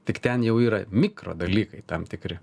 tik ten jau yra mikro dalykai tam tikri